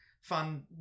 fun